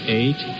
eight